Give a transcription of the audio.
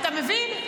אתה מבין?